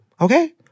Okay